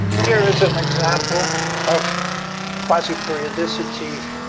here is an example of quasiperiodicity.